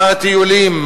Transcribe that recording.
מה הטיולים,